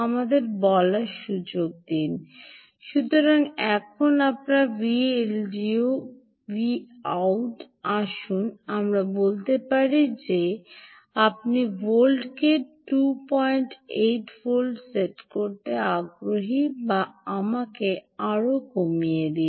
আমাদের বলার সুযোগ দিন সুতরাং এখন আপনার Vldo রেফার সময় 0552 ভাউট আসুন আমরা বলতে পারি যে আপনি ভোল্টকে ২৮ ভোল্টে সেট করতে আগ্রহী বা আমাকে আরও কমিয়ে দিন